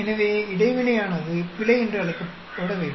எனவே இடைவினையானது பிழை என்று அழைக்கப்பட வேண்டும்